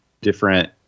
different